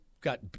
got